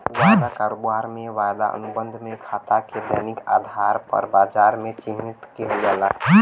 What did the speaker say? वायदा कारोबार में, वायदा अनुबंध में खाता के दैनिक आधार पर बाजार में चिह्नित किहल जाला